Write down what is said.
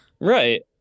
Right